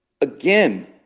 again